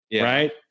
right